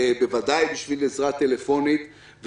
בוודאי בשביל עזרה טלפונית.